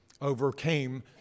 overcame